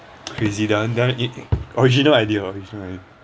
crazy that one that one original idea original